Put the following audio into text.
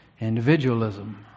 individualism